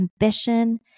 ambition